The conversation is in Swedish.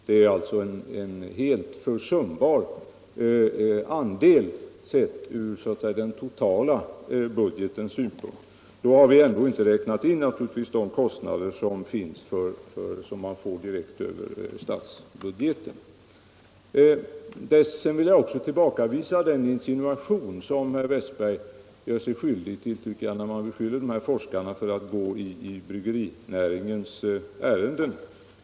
Det är alltså en helt försumbar andel jämfört med den totala budgeten. Och då är ändå inte de medel som kommer direkt över statsbudgeten medräknade. Jag vill också tillbakavisa den insinuation som herr Westberg i Ljusdal gör sig skyldig till när han beskyller forskarna för att gå bryggerinäringens ärenden.